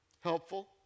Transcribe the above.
helpful